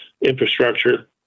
infrastructure